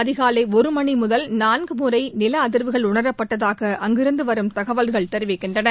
அதிகாலை ஒரு மணி முதல் நான்கு முறை நில அதிாவுகள் உணரப்பட்டதாக அங்கிருந்து வரும் தகவல்கள் தெரிவிக்கின்றன